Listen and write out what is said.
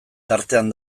tartean